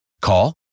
Call